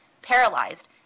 paralyzed